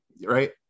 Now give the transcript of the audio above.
right